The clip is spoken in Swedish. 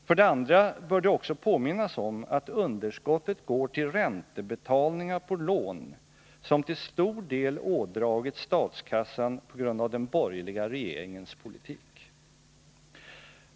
För det andra bör det också påminnas om att underskottet går till räntebetalningar på lån som till stor del ådragits statskassan på grund av den borgerliga regeringens politik.